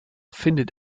findet